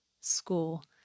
school